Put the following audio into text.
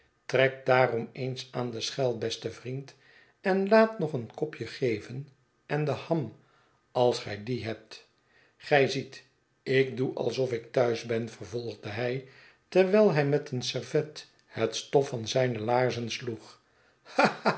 trek daarom eens aan de schel beste vriend en laat nog een kopje gexen en de ham als gij die hebt gij ziet ik doe alsof ik thuis ben vervolgde hij terwijl hij met een servet het stof van zyrie